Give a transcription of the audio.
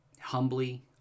humbly